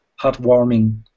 heartwarming